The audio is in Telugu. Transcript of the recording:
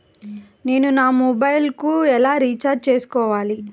నేను నా మొబైల్కు ఎలా రీఛార్జ్ చేసుకోవాలి?